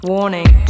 Warning